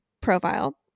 profile